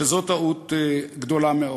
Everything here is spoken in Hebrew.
וזו טעות גדולה מאוד.